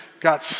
got